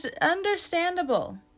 understandable